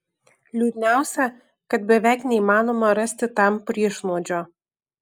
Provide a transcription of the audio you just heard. liūdniausia kad beveik neįmanoma rasti tam priešnuodžio